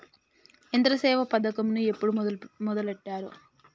యంత్రసేవ పథకమును ఎప్పుడు మొదలెట్టారు?